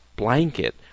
blanket